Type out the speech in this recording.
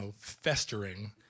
festering